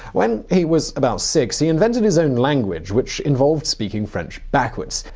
when he was about six, he invented his own language, which involved speaking french backwards.